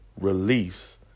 release